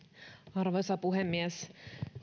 arvoisa puhemies